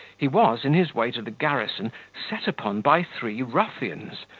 he was, in his way to the garrison, set upon by three ruffians,